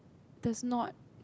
that's not